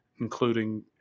including